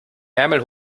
ärmel